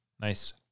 Nice